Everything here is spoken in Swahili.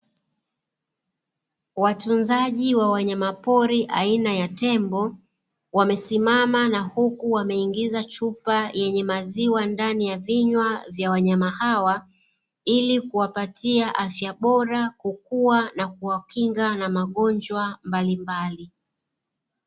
Watunzaji wa wanyamapori aina ya tembo wakiwa wamesimama, wameingiza chupa ndani ya vinywa vya wanyama hawa, Ili kuwapa afya bora na kuwa kinga na magonjwa mbalimbali.